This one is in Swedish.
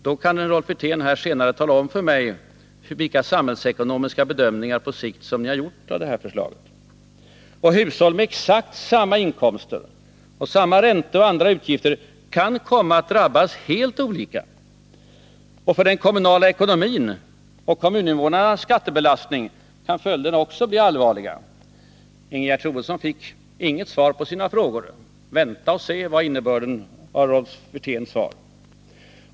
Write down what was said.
Men Rolf Wirtén kan ju här senare tala om för mig vilka samhällsekonomiska bedömningar på sikt som ni gjort av det här förslaget. Hushåll med exakt samma inkomster och samma räntor och andra utgifter kan komma att drabbas helt olika. För den kommunala ekonomin och för kommuninvånarnas skattebelastning kan följderna också bli allvarliga. Ingegerd Troedsson fick inget svar på sina frågor. — Vänta och se, var innebörden av Rolf Wirténs svar.